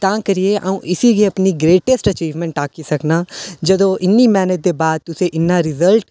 तां करियै इसी गै अ'ऊं अपनी ग्रेटैस्ट अचीवमैंट आक्खी सकना जदूं इन्नी मैह्नत दे बाद तुसें इन्ना रिजल्ट